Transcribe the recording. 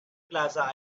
plaza